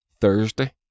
Thursday